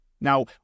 Now